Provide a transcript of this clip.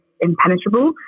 impenetrable